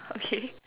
okay